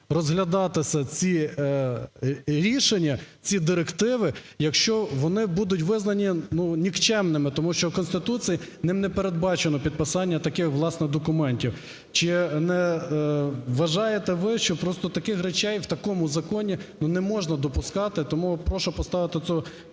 розглядатися ці рішення, ці директиви, якщо вони будуть визнані ну нікчемними, тому що в Конституції ним не передбачено підписання таких, власне, документів. Чи не вважаєте ви, що просто таких речей в такому законі не можна допускати, тому прошу поставити цю правку